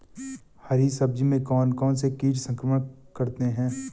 हरी सब्जी में कौन कौन से कीट संक्रमण करते हैं?